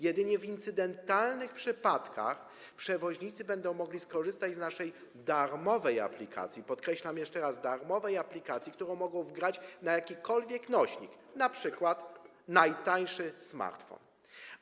Jedynie w incydentalnych przypadkach przewoźnicy będą mogli skorzystać z naszej darmowej aplikacji, podkreślam jeszcze raz, darmowej aplikacji, którą mogą wgrać na jakikolwiek nośnik, np. najtańszego smartfona.